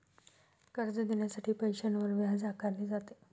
कर्ज देण्यासाठी पैशावर व्याज आकारले जाते